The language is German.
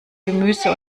gemüse